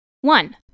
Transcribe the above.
One